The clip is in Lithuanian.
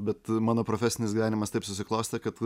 bet mano profesinis gyvenimas taip susiklostė kad